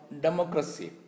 democracy